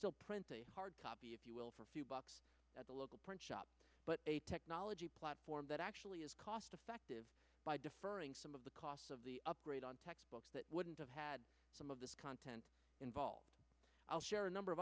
still print a hard copy if you will for a few bucks at the local print shop but a technology platform that actually is cost effective by deferring some of the costs of the upgrade on textbooks that wouldn't have had some of this content involved i'll share a number of